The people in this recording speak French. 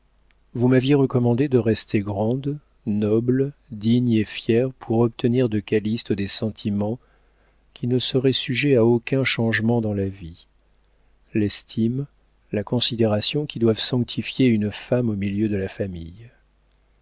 vous m'aviez recommandé de rester grande noble digne et fière pour obtenir de calyste des sentiments qui ne seraient sujets à aucun changement dans la vie l'estime la considération qui doivent sanctifier une femme au milieu de la famille